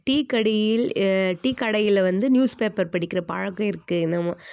tea கடையில் tea கடையில் வந்து நியூஸ் பேப்பர் படிக்கின்ற பழக்கம் இருக்குது நம்ம